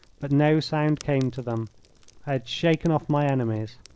but no sound came to them. i had shaken off my enemies.